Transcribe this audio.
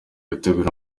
gutegura